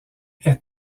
est